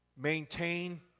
maintain